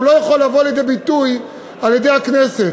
הוא לא יכול לבוא לידי ביטוי על-ידי הכנסת.